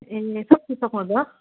ए